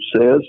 says